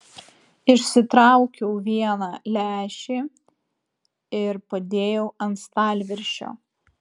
išsitraukiau vieną lęšį ir padėjau ant stalviršio